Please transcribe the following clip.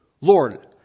Lord